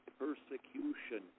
persecution